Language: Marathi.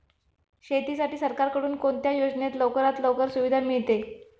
शेतीसाठी सरकारकडून कोणत्या योजनेत लवकरात लवकर सुविधा मिळते?